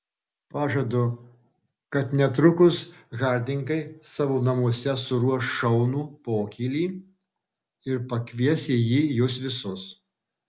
pažadu kad netrukus hardingai savo namuose suruoš šaunų pokylį ir pakvies į jį jus visus